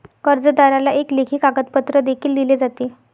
कर्जदाराला एक लेखी कागदपत्र देखील दिले जाते